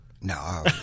No